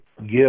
give